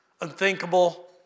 unthinkable